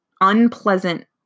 unpleasant